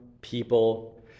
people